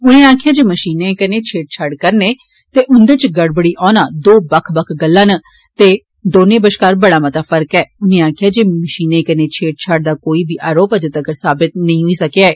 उनें आक्खेआ जे मपीनें कन्ने छेड़छाड़ करने ते उन्दे च गड़बड़ी औना दो बक्ख बक्ख गल्लां न ते दौने बष्कार बड़ा मता फर्क ऐ उनें आक्खेआ जे मषीनें कन्ने छेड़छाड़ दा कोई बी आरोप अजें तगर साबित नेई होई सकेआ ऐ